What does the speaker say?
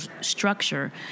structure